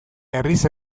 herriz